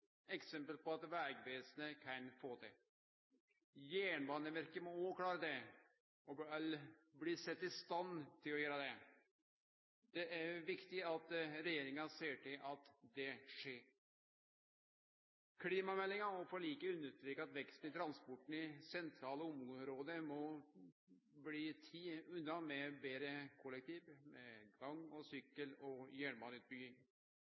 eksempel på at Vegvesenet kan få til. Jernbaneverket må også klare det, eller bli sett i stand til å gjere det. Det er viktig at regjeringa ser til at det skjer. Klimameldinga og forliket understrekar at veksten i transporten i sentrale område må bli teken unna med betre kollektivtilbod, med gang-, sykkel- og